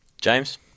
James